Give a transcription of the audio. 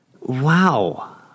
Wow